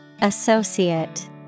Associate